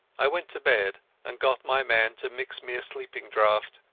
i went to bed and got my man to mix me a sleeping-draught,